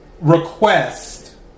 request